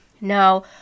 Now